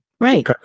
right